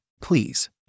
Please